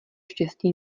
štěstí